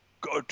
good